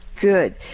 Good